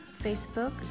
Facebook